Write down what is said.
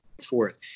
forth